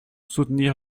soutenir